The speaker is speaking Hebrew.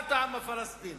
מהנהגת העם הפלסטיני